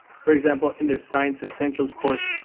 for example, in their science essentials course,